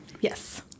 Yes